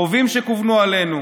רובים שכוונו עלינו.